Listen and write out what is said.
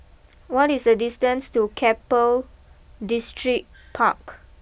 what is the distance to Keppel Distripark